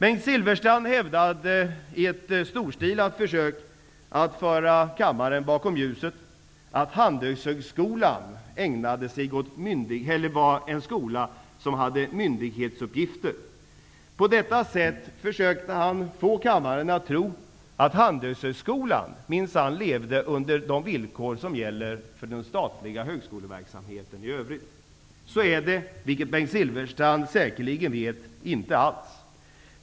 Bengt Silfverstrand hävdade i ett storstilat försök att föra kammaren bakom ljuset att Handelshögskolan var en skola som hade myndighetsuppgifter. På det sättet försökte han få kammaren att tro att Handelshögskolan minsann lever under de villkor som gäller för den statliga högskoleverksamheten i övrigt. Så är det -- vilket Bengt Silfverstrand säkerligen vet -- inte alls.